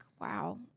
wow